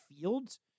fields